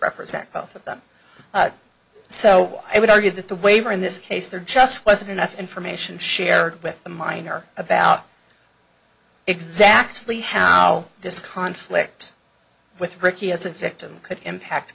represent both of them so i would argue that the waiver in this case there just wasn't enough information shared with the minor about exactly how this conflict with ricky as a victim could impact